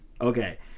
Okay